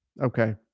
okay